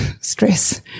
stress